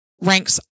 ranks